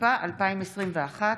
התשפ"א 2021,